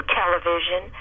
television